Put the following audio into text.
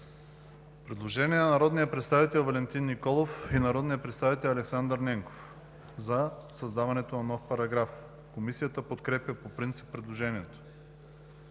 Предложение на народния представите Валентин Николов и народния представител Александър Ненков за създаване на нов параграф. Комисията подкрепя предложението.